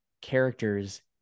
characters